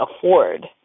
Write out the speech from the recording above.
afford